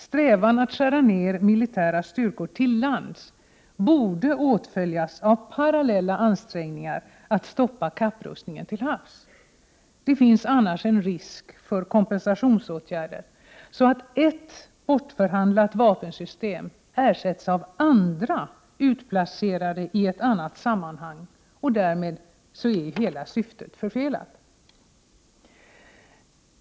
Strävan att skära ned militära styrkor till lands borde åtföljas av parallella ansträngningar att stoppa kapprustningen till havs. Det finns annars en risk för kompensationsåtgärder, så att ett bortförhandlat vapensystem ersätts med andra utplacerade i ett annat sammanhang, och därmed är syftet helt förfelat.